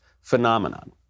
phenomenon